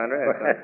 Andre